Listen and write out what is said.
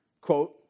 quote